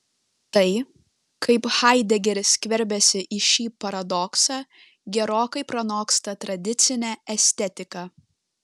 tai kaip haidegeris skverbiasi į šį paradoksą gerokai pranoksta tradicinę estetiką